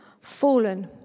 Fallen